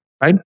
right